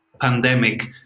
pandemic